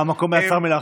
המקום היה צר מלהכיל.